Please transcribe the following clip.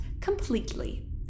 completely